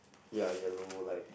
ya yellow like